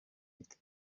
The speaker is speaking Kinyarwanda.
giti